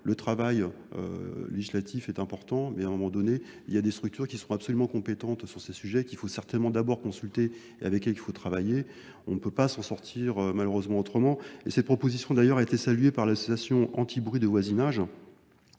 le travail législatif est important, mais à un moment donné, il y a des structures qui sont absolument compétentes sur ces sujets, qu'il faut certainement d'abord consulter et avec qui il faut travailler. on ne peut pas s'en sortir malheureusement autrement et cette proposition d'ailleurs a été saluée par l'association Antibruit de voisinage